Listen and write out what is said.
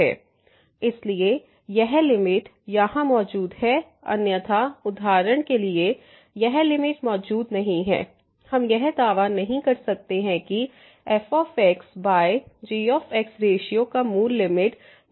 इसलिए यह लिमिट यहाँ मौजूद है अन्यथा उदाहरण के लिए यह लिमिट मौजूद नहीं है हम यह दावा नहीं कर सकते कि fg रेश्यो का मूल लिमिट मौजूद नहीं है